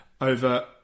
over